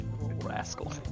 Rascal